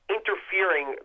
interfering